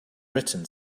written